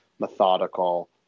methodical